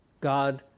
God